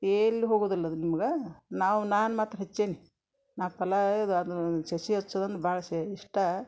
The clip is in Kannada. ಎಲ್ಲೂ ಹೋಗುವುದಿಲ್ಲ ಅದು ನಿಮ್ಗೆ ನಾವು ನಾನು ಮಾತ್ರ ಹಚ್ಚೀನಿ ನಾಲ್ಕು ಫಲ ಅದು ಸಸಿ ಹಚ್ಚುದಂದ್ರ್ ಭಾಳ ಶೇ ಇಷ್ಟ